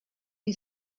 you